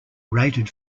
rated